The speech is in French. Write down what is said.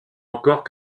encore